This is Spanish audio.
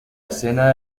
escena